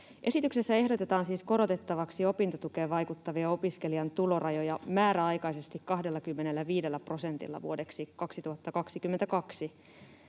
Esityksessä ehdotetaan siis korotettavaksi opintotukeen vaikuttavia opiskelijan tulorajoja määräaikaisesti 25 prosentilla vuodeksi 2022.